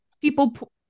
People